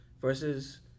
versus